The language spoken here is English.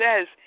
says